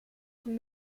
von